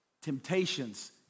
Temptations